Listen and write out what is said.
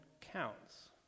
counts